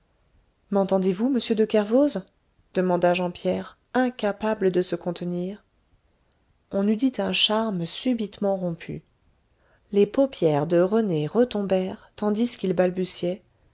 m'entendez-vous monsieur de kervoz demanda jean pierre incapable de se contenir on eût dit un charme subitement rompu les paupières de rené retombèrent tandis qu'il